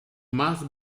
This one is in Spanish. más